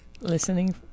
listening